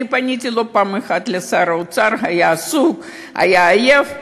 אני פניתי לא פעם לשר האוצר, היה עסוק, היה עייף.